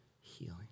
Healing